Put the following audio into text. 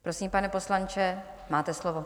Prosím, pane poslanče, máte slovo.